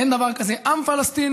אין דבר כזה עם פלסטיני.